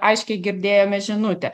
aiškiai girdėjome žinutę